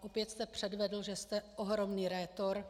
Opět jste předvedl, že jste ohromný rétor.